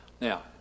Now